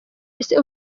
ese